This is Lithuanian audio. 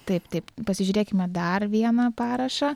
taip taip pasižiūrėkime dar vieną parašą